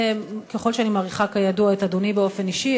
ככל שאני מעריכה כידוע את אדוני באופן אישי,